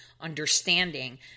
understanding